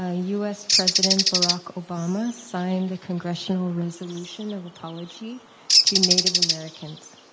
ah us president barack obama signed the congressional resolution of apology to native americans.